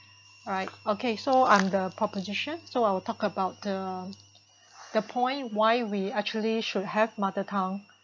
alright okay so I'm the proposition so I will talk about the the point why we actually should have mother tongue